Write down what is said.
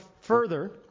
further